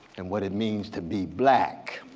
and what it means to be black.